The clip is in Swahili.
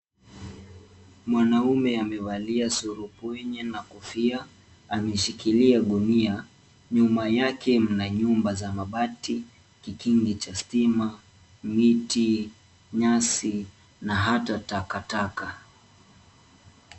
Mwanaume amevalia surupwenye na kofia. Ameshikilia gunia, nyuma yake mna nyumba za mabati, kikingi cha stima, miti, nyasi na hata takataka.